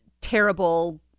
terrible